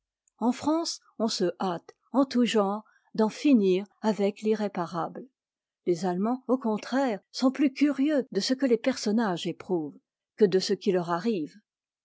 en france on se hâte en tout genre d'en finir avec t'irréparabte les allemands au contraire sont plus curieux de ce que les personnages éprouvent que de ce qui leur arrive